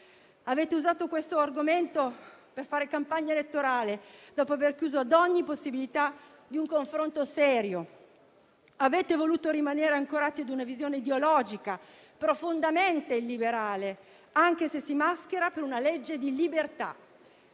Avete usato questo argomento per fare campagna elettorale, dopo aver chiuso a ogni possibilità di confronto serio. Avete voluto rimanere ancorati a una visione ideologica profondamente illiberale, anche se si maschera da legge di libertà.